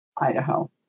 Idaho